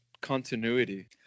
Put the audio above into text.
continuity